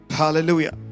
Hallelujah